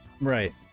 right